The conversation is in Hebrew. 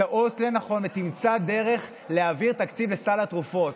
תיאות ותמצא דרך להעביר תקציב לסל התרופות,